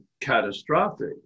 catastrophic